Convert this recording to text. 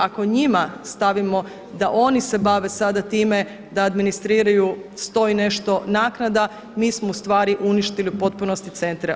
Ako njima stavimo da oni se bave sada time da administriraju sto i nešto naknada, mi smo u stvari uništili u potpunosti centre.